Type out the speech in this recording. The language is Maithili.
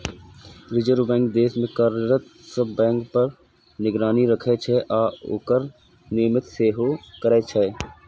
रिजर्व बैंक देश मे कार्यरत सब बैंक पर निगरानी राखै छै आ ओकर नियमन सेहो करै छै